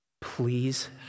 please